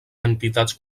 entitats